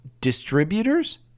Distributors